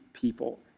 people